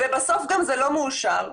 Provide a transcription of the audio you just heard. ובסוף זה גם לא מאושר.